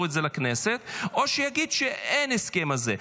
את זה לכנסת או שיגיד: אין הסכם כזה.